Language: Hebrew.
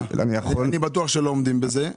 מניסיון אני בטוח שלא עומדים בזה.